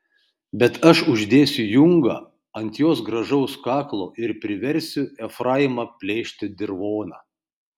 bet aš uždėsiu jungą ant jos gražaus kaklo ir priversiu efraimą plėšti dirvoną